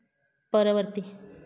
ପରବର୍ତ୍ତୀ